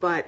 b